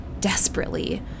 desperately